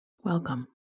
Welcome